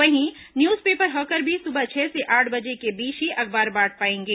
वहीं news paper hawker भी सुबह छह से आठ बजे के बीच ही अखबार बांट पाएंगे